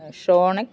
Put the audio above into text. ഷോണിക്ക്